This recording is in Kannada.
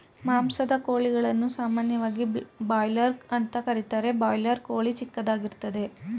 ಮಾಂಸದ ಕೋಳಿಗಳನ್ನು ಸಾಮಾನ್ಯವಾಗಿ ಬಾಯ್ಲರ್ ಅಂತ ಕರೀತಾರೆ ಬಾಯ್ಲರ್ ಕೋಳಿ ಚಿಕ್ಕದಾಗಿರ್ತದೆ